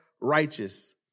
righteous